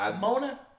Mona